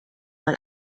mal